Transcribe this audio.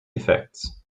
effects